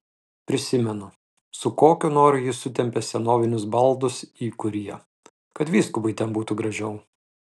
prisimenu su kokiu noru jis sutempė senovinius baldus į kuriją kad vyskupui ten būtų gražiau